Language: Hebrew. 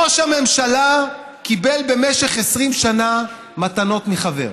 ראש הממשלה קיבל במשך 20 שנה מתנות מחבר.